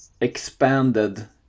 expanded